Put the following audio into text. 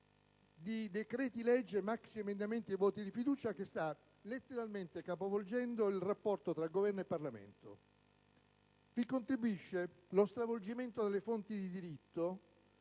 di decreti-legge, maxiemendamenti e voti di fiducia che sta letteralmente capovolgendo il rapporto tra Governo e Parlamento, nonché lo stravolgimento delle fonti di diritto,